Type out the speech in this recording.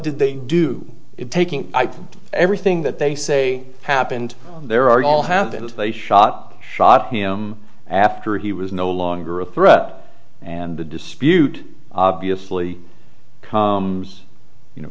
did they do it taking everything that they say happened there are all happened they shot shot him after he was no longer a threat and the dispute obviously comes you know